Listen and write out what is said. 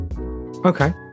Okay